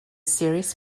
series